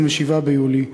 27 ביולי,